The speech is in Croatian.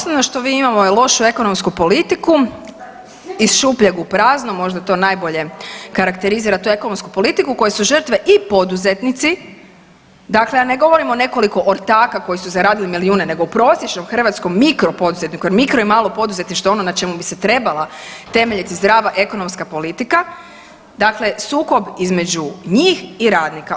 Ono osnovno što mi imamo je lošu ekonomsku politiku, iz šupljeg u prazno, možda to najbolje karakterizira tu ekonomsku politiku koje su žrtve i poduzetnici, dakle ja ne govorim o nekoliko ortaka koji su zaradili milijuna nego o prosječnom hrvatskom mikro poduzetniku, jer mikro i malo poduzetništvo je ono na čemu bi se trebala temeljiti zdrava ekonomska politika, dakle sukob između njih i radnika.